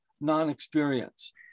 non-experience